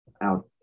out